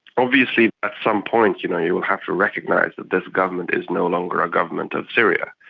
obviously at some point you know you will have to recognise that this government is no longer a government of syria.